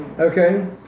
Okay